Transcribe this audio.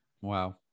Wow